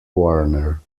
warner